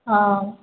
ହଁ